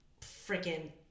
freaking